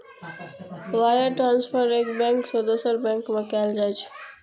wire transfer एक bank सं दोसर बैंक में कैल जाइ छै